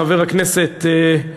חבר הכנסת,